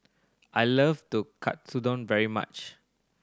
I love Katsudon very much